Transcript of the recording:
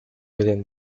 within